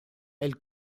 elle